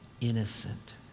innocent